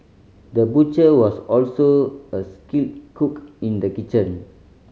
the butcher was also a skilled cook in the kitchen